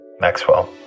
Maxwell